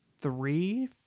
three